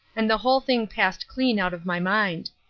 and the whole thing passed clean out of my mind.